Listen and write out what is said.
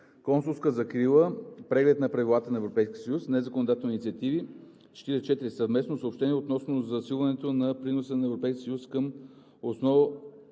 Консулска закрила — преглед на правилата на ЕС. Незаконодателни инициативи 44. Съвместно съобщение относно засилването на приноса на Европейския